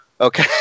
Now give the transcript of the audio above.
Okay